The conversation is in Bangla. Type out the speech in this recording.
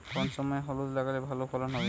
কোন সময় হলুদ লাগালে ভালো ফলন হবে?